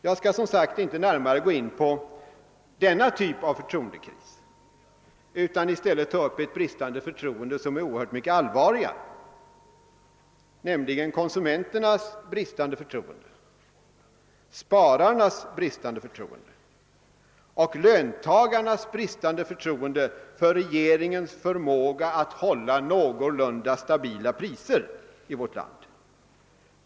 Jag skall som sagt inte närmare gå in på denna typ av förtroendekris, utan jag skall i stället ta upp en förtroendekris som är oerhört mycket allvarligare, nämligen konsumenternas bristande förtroende, spararnas bristande förtroende och löntagarnas bristande förtroende för regeringens förmåga att hålla någorlunda stabila priser i vårt land.